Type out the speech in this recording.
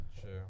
sure